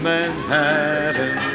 Manhattan